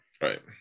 Right